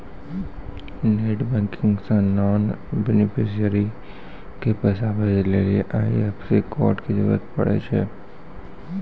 net banking से non beneficiary के पैसा भेजै के लेली आई.एफ.एस.सी कोड के जरूरत पड़ै छै